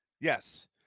Yes